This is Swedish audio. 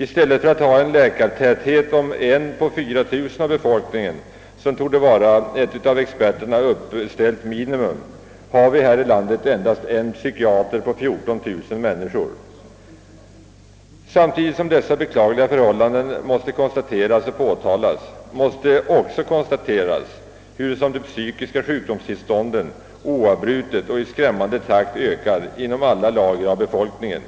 I stället för att ha en läkartäthet om en läkare på 4 000 människor — vilket torde vara ett av experterna uppställt minimum — har vi här i landet endast en psykiater på 14 000 människor. Samtidigt som man noterar dessa beklagliga förhållanden skall det också konstateras och påtalas hur de psykiska sjukdomstillstånden oavbrutet och i skrämmande takt ökar inom alla lager av befolkningen.